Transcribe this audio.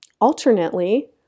Alternately